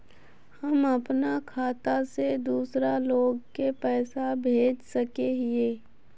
हम अपना खाता से दूसरा लोग के पैसा भेज सके हिये?